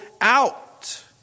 out